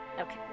Okay